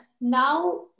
now